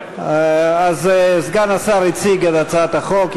אז סגן השר הציג את הצעת החוק,